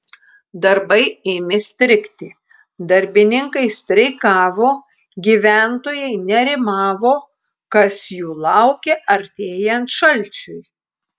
darbai ėmė strigti darbininkai streikavo gyventojai nerimavo kas jų laukia artėjant šalčiui